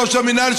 ראש המינהל,